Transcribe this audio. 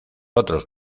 otros